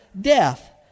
death